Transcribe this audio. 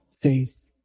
faith